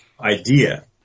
idea